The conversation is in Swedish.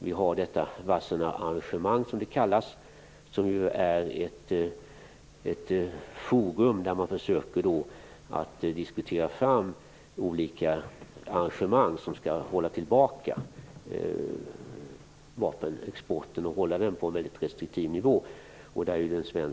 Det s.k. Wassenaararrangemanget - där den svenske krigsmaterielinspektören för närvarande är ordförande - är ett forum där man försöker diskutera fram olika arrangemang som skall hålla tillbaka vapenexporten och hålla den på en väldigt restriktiv nivå.